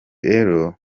rero